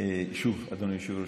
אדוני היושב-ראש,